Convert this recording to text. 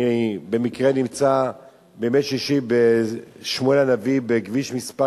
אני במקרה נמצא בימי שישי בשמואל-הנביא, בכביש מס'